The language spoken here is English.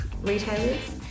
retailers